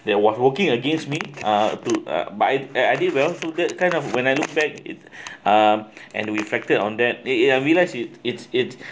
there was working against me uh to buy uh I did well so that kind of when I look back it um and reflected on that there I realize it it's it